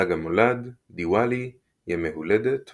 חג המולד, דיוואלי, ימי הולדת וחתונות.